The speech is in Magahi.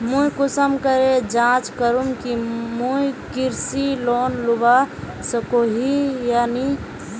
मुई कुंसम करे जाँच करूम की मुई कृषि लोन लुबा सकोहो ही या नी?